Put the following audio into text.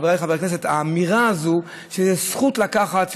חבריי חברי הכנסת: האמירה הזאת שזה זכות לקחת,